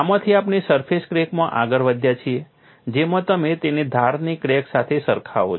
આમાંથી આપણે સરફેસ ક્રેકમાં આગળ વધ્યા છીએ જેમાં તમે તેને ધારની ક્રેક સાથે સરખાવો છો